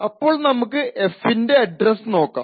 അപ്പോൾ നമുക്ക് f ൻറെ അഡ്രസ്സ് നോക്കാം